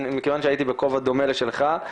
מכיוון שהייתי בכובע דומה לשלך,